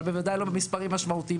בוודאי לא במספרים משמעותיים,